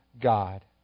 God